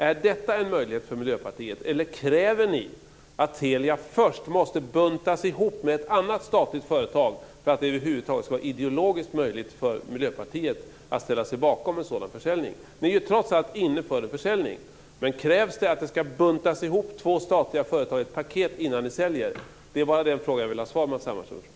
Är detta en möjlighet för Miljöpartiet, eller kräver ni att Telia först måste buntas ihop med ett annat statligt företag för att det över huvud taget ska vara ideologiskt möjligt för Miljöpartiet att ställa sig bakom en sådan försäljning? Ni är trots allt inne på en försäljning. Krävs det att två statliga företag ska buntas ihop i ett paket innan ni säljer? Det är den frågan jag vill ha svar på, Matz Hammarström.